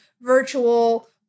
virtual